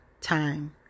Time